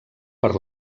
per